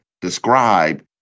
describe